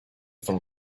from